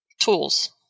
tools